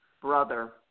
brother